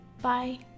Bye